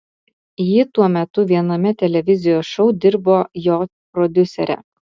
ji tuo metu viename televizijos šou dirbo jo prodiusere